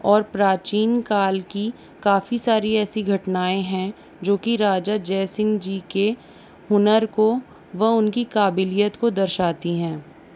और प्राचीन काल की काफ़ी सारी ऐसी घटनाएँ हैं जो की राजा जय सिंह जी के हुनर को व उनकी काबिलियत को दर्शाती हैं